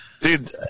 dude